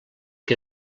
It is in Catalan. que